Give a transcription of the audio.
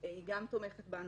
היא גם תומכת בנו.